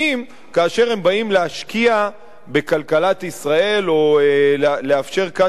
כאשר הם באים להשקיע בכלכלת ישראל או לאפשר כאן פתיחה